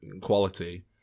quality